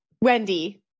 Wendy